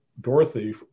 Dorothy